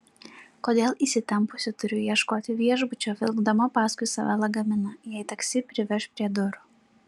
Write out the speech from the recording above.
kodėl įsitempusi turiu ieškoti viešbučio vilkdama paskui save lagaminą jei taksi priveš prie durų